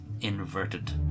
inverted